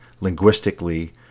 linguistically